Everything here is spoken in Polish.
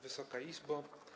Wysoka Izbo!